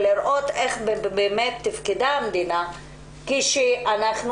לראות איך תפקדה המדינה כאשר אנחנו